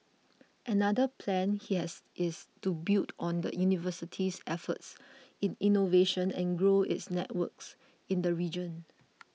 another plan he has is to build on the university's efforts in innovation and grow its networks in the region